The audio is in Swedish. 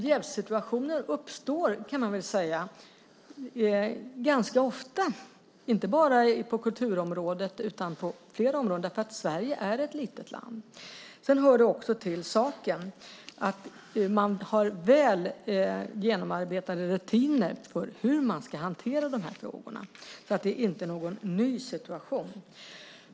Jävssituationer uppstår ganska ofta, kan man säga, inte bara på kulturområdet utan på fler områden därför att Sverige är ett litet land. Det hör också till saken att man har väl genomarbetade rutiner för hur man ska hantera de här frågorna. Det här är inte någon ny situation.